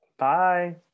Bye